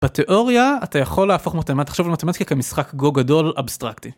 בתיאוריה אתה יכול להפוך מתמטיקה.. תחשוב על מתמטיקה כמשחק גו גדול אבסטרקטי.